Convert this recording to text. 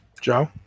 Joe